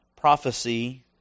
prophecy